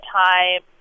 time